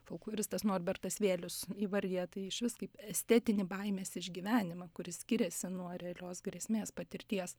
folkloristas norbertas vėlius įvardija tai išvis kaip estetinį baimės išgyvenimą kuris skiriasi nuo realios grėsmės patirties